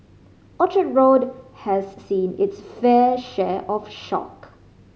Orchard Road has seen it's fair share of shock